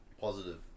positive